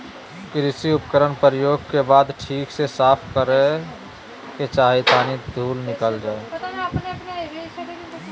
कृषि उपकरण प्रयोग के बाद ठीक से साफ करै के चाही ताकि धुल निकल जाय